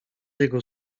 jego